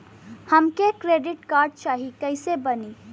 हमके credit card चाही कैसे बनी?